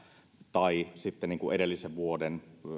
tai sitten edellisen vuoden